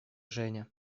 женя